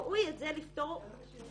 ראוי את זה לפתור מידית.